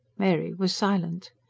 mary was silent.